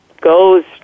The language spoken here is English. goes